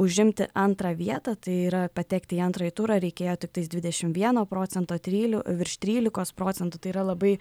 užimti antrą vietą tai yra patekti į antrąjį turą reikėjo tiktais dvidešim vieno procento trylių virš trylikos procentų tai yra labai